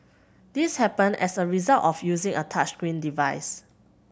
this happened as a result of using a touchscreen device